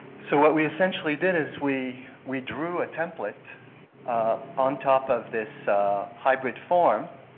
so what we essentially did is we we drew a template on top of this hybrid form